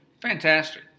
Fantastic